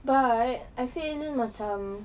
but I feel macam